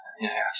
yes